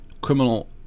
criminal